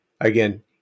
Again